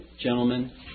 gentlemen